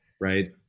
right